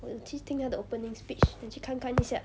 err 去听他的 opening speech then 去看看 一下